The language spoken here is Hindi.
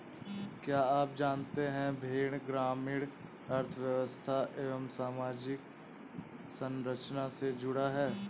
क्या आप जानते है भेड़ ग्रामीण अर्थव्यस्था एवं सामाजिक संरचना से जुड़ा है?